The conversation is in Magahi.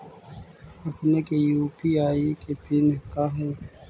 अपने के यू.पी.आई के पिन का हई